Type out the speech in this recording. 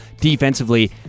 defensively